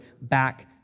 back